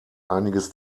einiges